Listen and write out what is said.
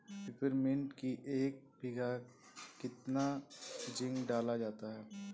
Peppermint की एक बीघा कितना जिंक डाला जाए?